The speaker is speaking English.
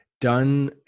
done